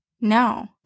No